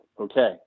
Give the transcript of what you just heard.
okay